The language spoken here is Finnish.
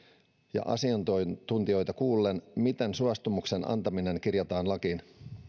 ja asiantuntijoita kuullen miten suostumuksen antaminen kirjataan lakiin